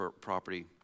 property